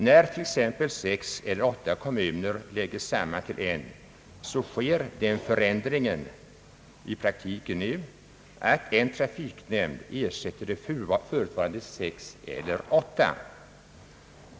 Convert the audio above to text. När t.ex. sex eller åtta kommuner sammanläggs till en sker den förändringen i praktiken att en trafiknämnd ersätter de förutvarande sex eller åtta.